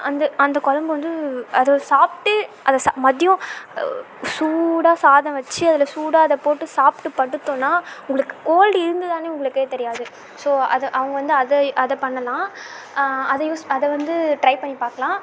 அந்த அந்த குலம்பு வந்து அது சாப்பிட்டு அதை சாப் மத்யம் சூடாக சாதம் வச்சு அதில் சூடாக அதை போட்டு சாப்பிட்டு படுத்தோன்னா உங்களுக்கு கோல்டு இருந்துது தானே உங்களுக்கே தெரியாது ஸோ அதை அவங்க வந்து அதை அதை பண்ணலாம் அதை யூஸ் அதை வந்து ட்ரை பண்ணிப்பார்க்கலாம்